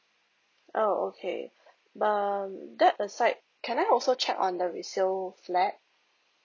oh okay um that aside can I also check on the resell flat